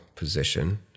position